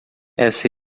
essa